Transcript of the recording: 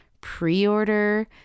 pre-order